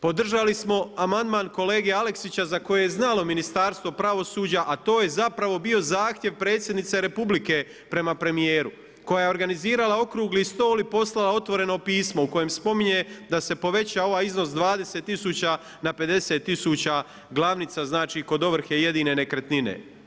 Podržali smo amandman kolege Aleksića za koje je znalo Ministarstvo pravosuđa a to je zapravo bio zahtjev predsjednice Republike prema premijeru koja je organizirala okrugli stol i poslala otvoreno pismo u kojem spominje da se poveća ovaj iznos 20 tisuća na 50 tisuća glavnica, znači kod ovrhe jedine nekretnine.